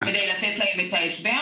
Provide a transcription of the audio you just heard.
כדי לתת להם את ההסבר.